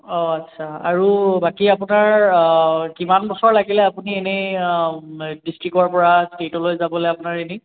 অঁ আচ্ছা আৰু বাকী আপোনাৰ কিমান বছৰ লাগিলে আপুনি এনেই ডিষ্ট্ৰিকৰপৰা ষ্টেটলৈ যাবলৈ আপোনাৰ এনেই